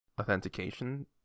authentication